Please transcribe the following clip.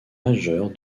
majeure